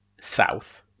south